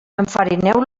enfarineu